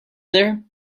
there